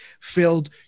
filled